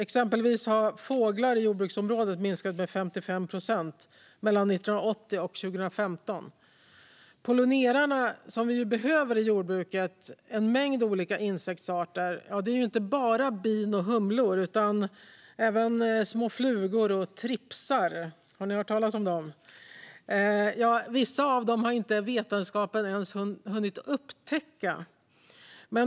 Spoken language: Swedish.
Exempelvis har fåglar i jordbruksområden minskat med 55 procent mellan 1980 och 2015. Pollinerarna behöver vi i jordbruket; en mängd olika insektsarter, inte bara bin och humlor utan också allt från små flugor till tripsar. Har ni hört talas om dem? Vissa av dem har vetenskapen inte ens hunnit upptäcka.